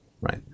right